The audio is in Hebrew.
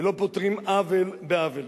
ולא פותרים עוול בעוול.